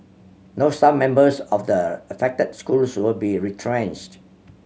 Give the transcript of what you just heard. no staff members of the affected schools will be retrenched